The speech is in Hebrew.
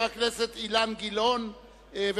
חבר הכנסת רותם, אושרה.